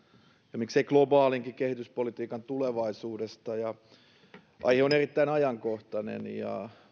ja miksei globaalinkin kehityspolitiikan tulevaisuudesta aihe on erittäin ajankohtainen ja